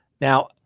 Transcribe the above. Now